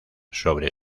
sobre